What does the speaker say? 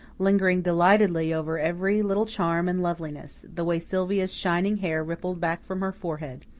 lingering delightedly over every little charm and loveliness the way sylvia's shining hair rippled back from her forehead,